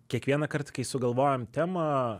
kiekvienąkart kai sugalvojam temą